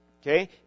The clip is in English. Okay